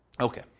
Okay